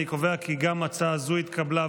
אני קובע כי גם הצעה זו התקבלה.